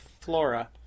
flora